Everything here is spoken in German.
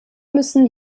müssen